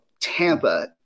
Tampa